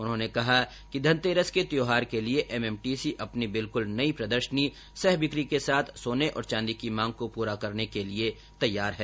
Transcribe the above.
उन्होंने कहा कि धनतेरस के त्यौएहार के लिए एम एम टी सी अपनी बिल्कुल नई प्रदर्शनी सह बिक्री के साथ सोने और चांदी की मांग को पूरा करने के लिए तैयार है